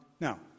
Now